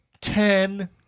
ten